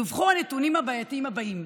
דווחו הנתונים הבעייתיים הבאים: